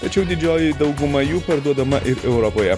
tačiau didžioji dauguma jų parduodama ir europoje